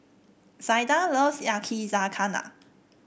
Zaida loves Yakizakana